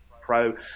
Pro